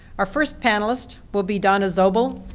our first panelist will be donna zobel.